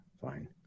fine